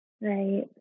Right